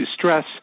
stress